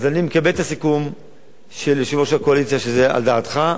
אז אני מקבל את הסיכום של יושב-ראש הקואליציה שזה על דעתך,